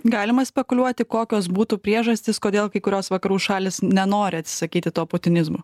galima spekuliuoti kokios būtų priežastys kodėl kai kurios vakarų šalys nenori atsisakyti to putinizmo